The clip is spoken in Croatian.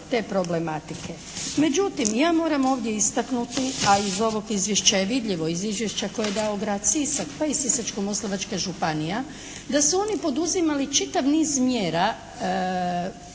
te problematike. Međutim, ja moram ovdje istaknuti a iz ovog izvješća je vidljivo, iz izvješća koje je dao grad Sisak pa i Sisačko-moslavačka županija da su oni poduzimali čitav niz mjera